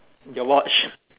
your watch